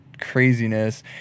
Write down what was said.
craziness